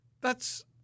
thats